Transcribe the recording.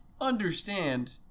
understand